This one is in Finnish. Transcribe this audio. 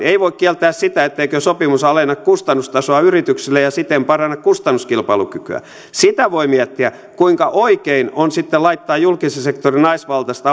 ei voi kieltää sitä et teikö sopimus alenna kustannustasoa yrityksille ja siten paranna kustannuskilpailukykyä sitä voi miettiä kuinka oikein on sitten laittaa julkisen sektorin naisvaltaiset